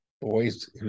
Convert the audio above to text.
boys